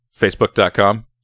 Facebook.com